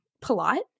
Polite